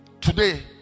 Today